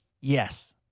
Yes